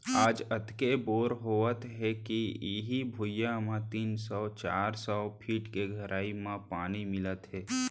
आज अतेक बोर होवत हे के इहीं भुइयां म तीन सौ चार सौ फीट के गहरई म पानी मिलत हे